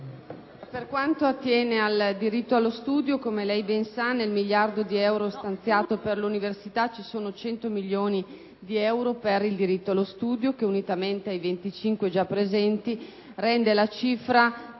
Per quanto attiene al diritto allo studio, come lei ben sa, nel miliardo di euro stanziato per l’universita, 100 milioni sono destinati al diritto allo studio, i quali, unitamente ai 25 giapresenti, rendono la cifra